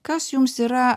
kas jums yra